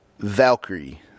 Valkyrie